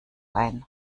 ein